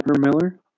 Miller